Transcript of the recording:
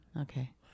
Okay